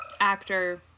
actor